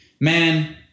man